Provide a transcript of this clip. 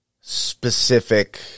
specific